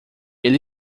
ele